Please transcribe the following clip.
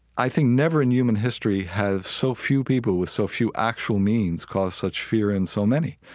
i think never in human history have so few people with so few actual means cause such fear in so many,